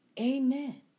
Amen